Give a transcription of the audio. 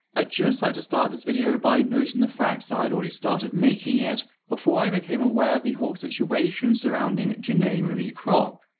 i'd just like to start this video by noting the fact that i'd already started making it before i became aware of the whole situation surrounding janae marie kroc,